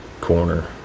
corner